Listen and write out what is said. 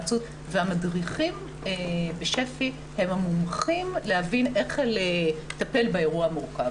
והמדריכים בשפ"י הם המומחים להבין איך לטפל באירוע מורכב.